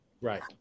Right